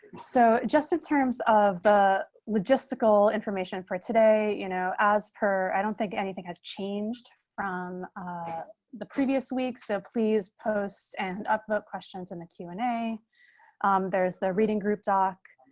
so just in terms of the logistical information for today. you know, as per i don't think anything has changed from the previous week so please post and upload questions in the q amp. and a there's the reading group, doc.